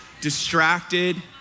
distracted